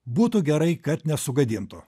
būtų gerai kad nesugadintų